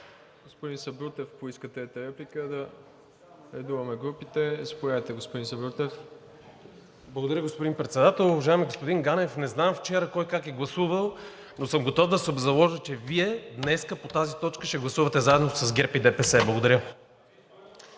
Господин Сабрутев поиска трета реплика – да редуваме групите. ВЕНКО САБРУТЕВ (Продължаваме Промяната): Благодаря, господин Председател. Уважаеми господин Ганев, не знам вчера кой как е гласувал, но съм готов да се обзаложа, че Вие днес по тази точка ще гласувате заедно с ГЕРБ и ДПС. Благодаря.